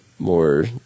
More